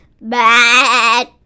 bad